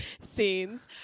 scenes